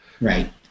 Right